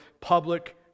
public